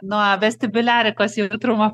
nuo vestibiuliarikos jautrumo